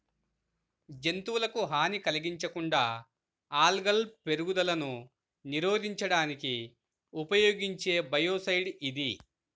జంతువులకు హాని కలిగించకుండా ఆల్గల్ పెరుగుదలను నిరోధించడానికి ఉపయోగించే బయోసైడ్ ఇది